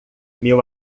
meu